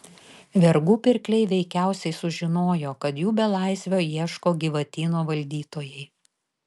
vergų pirkliai veikiausiai sužinojo kad jų belaisvio ieško gyvatyno valdytojai